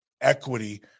equity